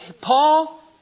Paul